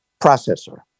processor